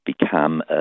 become